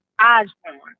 Osborne